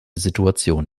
situation